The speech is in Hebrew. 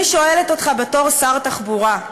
אני שואלת אותך בתור שר התחבורה: